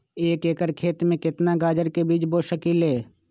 एक एकर खेत में केतना गाजर के बीज बो सकीं ले?